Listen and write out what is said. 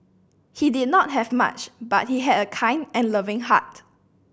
he did not have much but he had a kind and loving heart